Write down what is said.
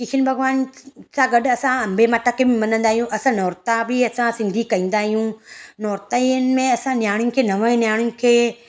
किशन भॻवानु सां गॾ असां अम्बे माता खे बि मञदा आहियूं असां नवरता बि असां सिंधी नवरतनि में असां नियाणीयुनि खे नव नियाणीयुनि खे